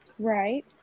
Right